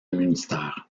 münster